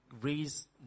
raise